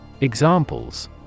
Examples